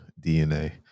DNA